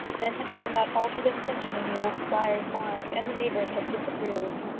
then had come that altered intention in the old squire's mind, and the neighbours had disapproved.